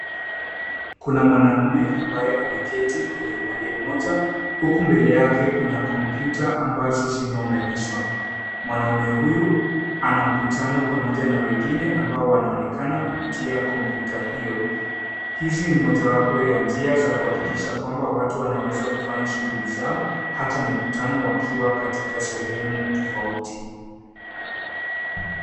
Kuna mwanaume ambaye ameketi kwenye upande mmoja huku mbele yake kuna kompyuta ambazo zimeunganishwa. Mwanaume huyu ana mkutano pamoja na wengine ambao wanaonekana kupitia kompyuta hiyo. Hizi ni mojawapo ya njia za kuhakikisha kwamba watu wanaweza kufanya shughuli zao, hata mikutano wakiwa katika sehemu tofauti.